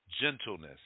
Gentleness